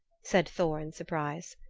said thor in surprise.